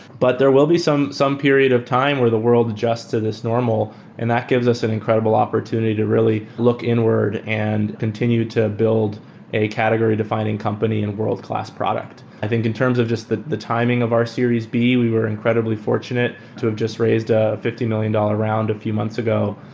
but there will be some some period of time, or the world adjust to this normal and that gives us an incredible opportunity to really look inward and continue to build a category-defining company and world-class product. i think in terms of just the the timing of our series b, we were incredibly fortunate to have just raised ah fifty dollars million round a few months ago.